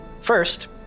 First